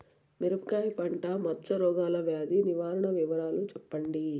మిరపకాయ పంట మచ్చ రోగాల వ్యాధి నివారణ వివరాలు చెప్పండి?